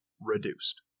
reduced